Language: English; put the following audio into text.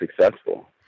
successful